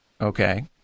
Okay